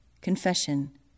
confession